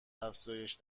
افزایش